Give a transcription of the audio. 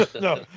No